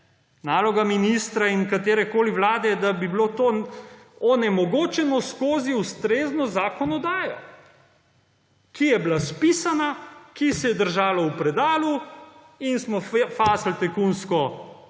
Naloga ministra in katerekoli vlade je, da bi bilo to onemogočeno skozi ustrezno zakonodajo, ki je bila spisana, ki se je držala v predalu in smo fasali tajkunski val